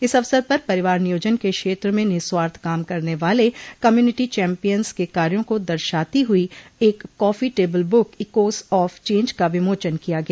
इस अवसर पर परिवार नियोजन के क्षेत्र में निःस्वार्थ काम करने वाले कम्युनिटी चैम्पियन्स के कार्यो को दर्शाती हुई एक coffee table book echoes of change का विमोचन किया गया